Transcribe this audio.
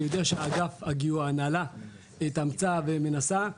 אני יודע שאגף הגיור, ההנהלה התאמצה ומנסה,